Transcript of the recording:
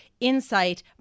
insight